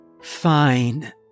Fine